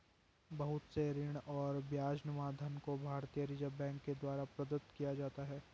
बहुत से ऋण और ब्याजनुमा धन को भारतीय रिजर्ब बैंक के द्वारा प्रदत्त किया जाता है